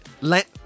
Let